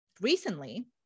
recently